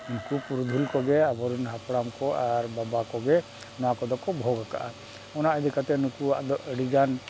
ᱩᱱᱠᱩ ᱯᱩᱨᱩ ᱫᱷᱩᱞ ᱠᱚᱜᱮ ᱟᱵᱚ ᱨᱮᱱ ᱦᱟᱯᱲᱟᱢ ᱠᱚ ᱟᱨ ᱵᱟᱵᱟ ᱠᱚᱜᱮ ᱱᱚᱣᱟ ᱠᱚᱫᱚ ᱠᱚ ᱵᱷᱳᱜᱽ ᱠᱟᱜᱼᱟ ᱚᱱᱟ ᱤᱫᱤ ᱠᱟᱛᱮᱫ ᱱᱩᱠᱩᱣᱟᱜ ᱫᱚ ᱟᱹᱰᱤ ᱜᱟᱱ